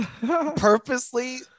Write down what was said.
purposely